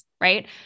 right